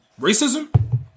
racism